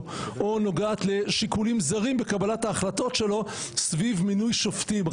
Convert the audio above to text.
או נוגעת לשיקולים זרים בקבלת ההחלטות שלו סביב מינוי שופטים.